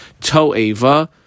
To'eva